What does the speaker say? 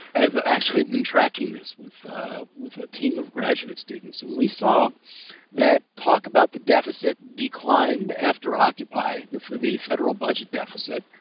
i've actually been tracking this with with a team of graduate students, and we saw that talk about the deficit declined after occupy, the federal budget deficit,